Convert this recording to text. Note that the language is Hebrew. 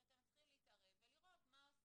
שאתם צריכים להתערב ולראות מה עושים,